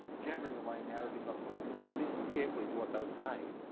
jabbering away in arabic, i thought, until i listened carefully to what they were saying.